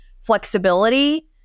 flexibility